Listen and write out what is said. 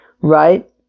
Right